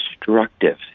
destructive